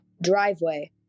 driveway